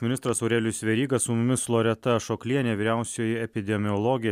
ministras aurelijus veryga su mumis loreta ašoklienė vyriausioji epidemiologė